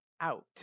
out